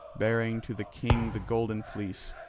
bearing to the king the golden fleece,